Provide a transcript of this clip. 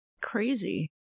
Crazy